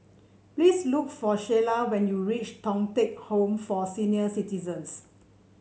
please look for Shayla when you reach Thong Teck Home for Senior Citizens